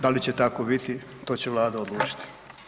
Da li će tako biti, to će Vlada odlučiti.